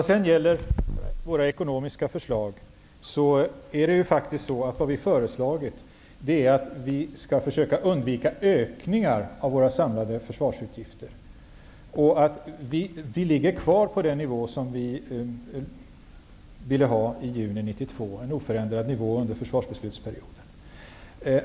Vad sedan gäller våra ekonomiska förslag har vi föreslagit att man skall försöka undvika ökningar av de samlade försvarsutgifterna, och vi ligger kvar på den nivå som vi ville ha i juni 1992 och som vi önskade skulle vara oförändrad under försvarsperioden.